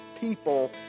people